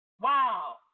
wow